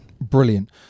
Brilliant